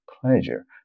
pleasure